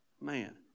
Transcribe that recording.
man